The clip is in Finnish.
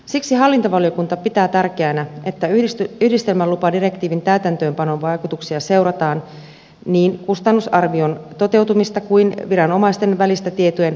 siksi hallintovaliokunta pitää tärkeänä että yhdistelmälupadirektiivin täytäntöönpanon vaikutuksia niin kuin kustannusarvion toteutumista seurataan ja viranomaisten välistä tietojenvaihtoa kehitetään